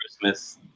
christmas